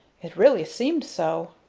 it really seemed so.